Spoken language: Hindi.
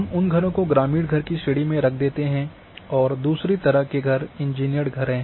हम उन घरों को ग्रामीण घर की श्रेणी में रख देते हैं और दूसरी तरह के घर इंजीनियर्ड घर हैं